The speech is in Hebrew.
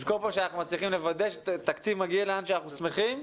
אז בכל פעם שאנחנו מצליחים לוודא שתקציב מגיע לאיפשהו אנחנו שמחים.